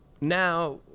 now